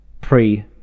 pre